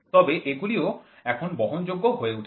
তবে এগুলিও এখন বহনযোগ্য হয়ে উঠেছে